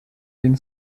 den